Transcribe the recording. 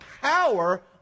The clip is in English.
power